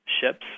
ships